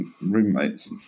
Roommates